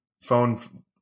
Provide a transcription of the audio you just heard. phone